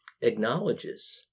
acknowledges